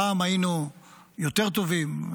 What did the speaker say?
פעם היינו יותר טובים.